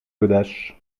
godache